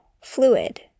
fluid